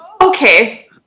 okay